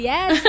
Yes